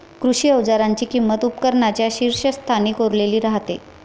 कृषी अवजारांची किंमत उपकरणांच्या शीर्षस्थानी कोरलेली राहते